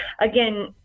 Again